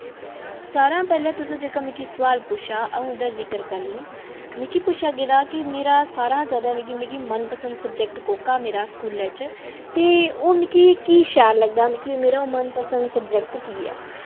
सारें शा पैह्ले तुसें जेह्का मिकी सोआल पुच्छेआ अ'ऊं ओह्दा जिक्र करनी मिकी पुच्छेआ गेदा कि मेरा सारें शा जैदा मिकी मिकी मन पसंद सब्जैक्ट केह्ड़ा मेरा स्कूलै च ते ओह् मिकी की शैल लगदा मिकी मेरा मन पसंद सब्जैक्ट की ऐ